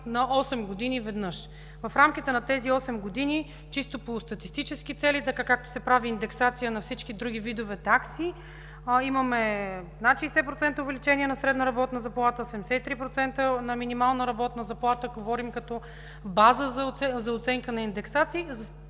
на осем години веднъж. В рамките на тези осем години чисто по статистически цели, така както се прави индексация на всички други видове такси – имаме над 60% увеличение на средната работна заплата, 73% на минимална работна заплата, говорим като база за оценка на индексации,